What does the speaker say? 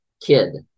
kid